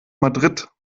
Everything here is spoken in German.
madrid